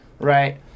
right